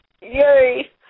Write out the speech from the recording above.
Yuri